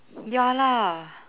ya lah